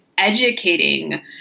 educating